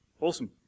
Awesome